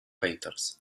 painters